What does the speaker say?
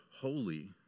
holy